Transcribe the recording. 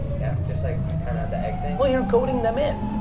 yeah, just like kind of the egg thing. well, you're goading them in.